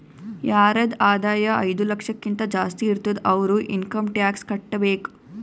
ಯಾರದ್ ಆದಾಯ ಐಯ್ದ ಲಕ್ಷಕಿಂತಾ ಜಾಸ್ತಿ ಇರ್ತುದ್ ಅವ್ರು ಇನ್ಕಮ್ ಟ್ಯಾಕ್ಸ್ ಕಟ್ಟಬೇಕ್